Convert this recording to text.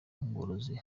ngogozi